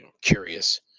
curious